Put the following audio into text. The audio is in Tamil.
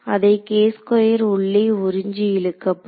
அதை உள்ளே உறிஞ்சி இழுக்கப்படும்